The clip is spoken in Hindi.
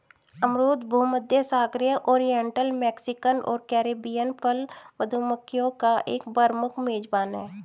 अमरूद भूमध्यसागरीय, ओरिएंटल, मैक्सिकन और कैरिबियन फल मक्खियों का एक प्रमुख मेजबान है